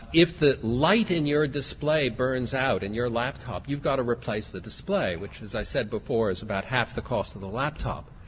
if the light in your display burns out in your laptop you've got to replace the display which as i said before is about half the cost of the laptop.